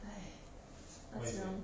!haiya!